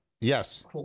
yes